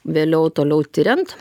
vėliau toliau tiriant